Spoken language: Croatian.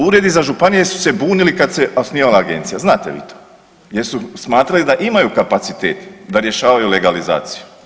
Uredi za županije su se bunili kad se osnivala agencija, znate vi to jer su smatrali da imaju kapacitet da rješavaju legalizaciju.